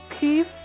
Peace